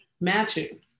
Matching